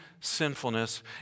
sinfulness